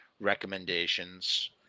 recommendations